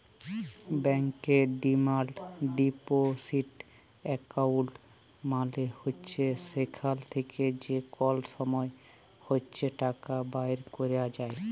ব্যাংকের demand deposit account মালে হছে যেখাল থ্যাকে যে কল সময় ইছে টাকা বাইর ক্যরা যায়